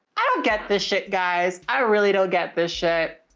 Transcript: i don't get this shit guys. i really don't get this shit.